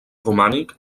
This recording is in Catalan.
romànic